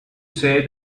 say